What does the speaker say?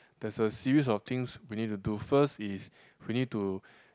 there's a series of things we need to do first is we need to